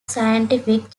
scientific